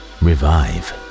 revive